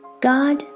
God